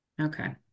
Okay